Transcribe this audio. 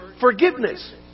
forgiveness